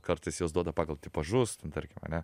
kartais juos duoda pagal tipažus tarkim ane